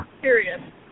Period